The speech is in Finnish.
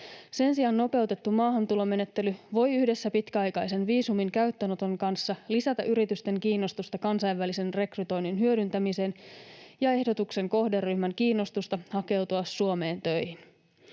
Sen sijaan nopeutettu maahantulomenettely voi yhdessä pitkäaikaisen viisumin käyttöönoton kanssa lisätä yritysten kiinnostusta kansainvälisen rekrytoinnin hyödyntämiseen ja ehdotuksen kohderyhmän kiinnostusta hakeutua Suomeen töihin.